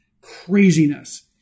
craziness